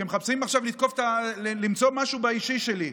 כי הם מחפשים עכשיו למצוא משהו באישי שלי.